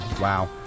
Wow